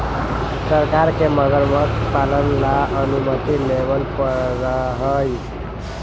सरकार से मगरमच्छ पालन ला अनुमति लेवे पडड़ा हई